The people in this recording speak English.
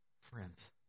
friends